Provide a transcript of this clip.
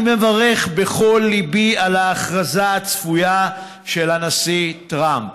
אני מברך בכל ליבי על ההכרזה הצפויה של הנשיא טראמפ.